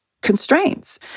constraints